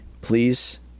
please